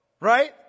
Right